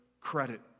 credit